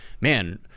man